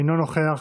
אינו נוכח.